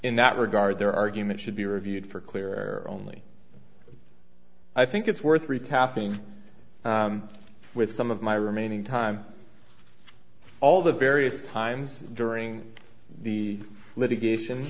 in that regard their argument should be reviewed for clearer only i think it's worth retasking with some of my remaining time all the various times during the litigation